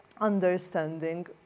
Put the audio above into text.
understanding